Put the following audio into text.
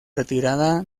retirada